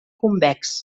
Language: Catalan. convex